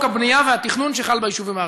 הבנייה והתכנון שחל ביישובים הערביים.